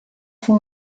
fue